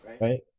right